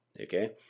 Okay